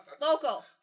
Local